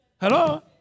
Hello